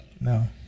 No